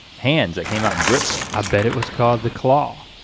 hands that came out and grip things. i bet it was called the claw.